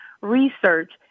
research